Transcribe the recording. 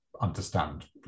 understand